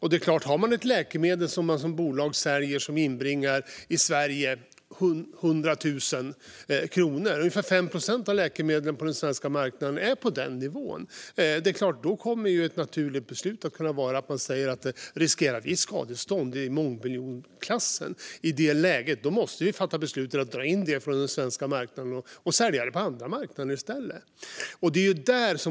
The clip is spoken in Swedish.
Låt oss säga att ett bolag säljer ett läkemedel som inbringar 100 000 kronor i Sverige - ungefär 5 procent av läkemedlen på den svenska marknaden är på den nivån. Då är det klart att det kommer att vara naturligt att man säger: Riskerar vi skadestånd i mångmiljonklassen måste vi fatta beslut om att dra in detta från den svenska marknaden och sälja det på andra marknader i stället.